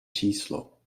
číslo